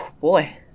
boy